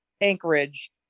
Anchorage